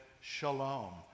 shalom